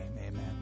amen